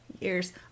years